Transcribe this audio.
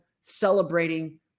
celebrating